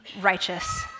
righteous